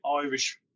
Irish